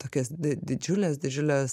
tokias didžiules didžiules